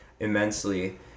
immensely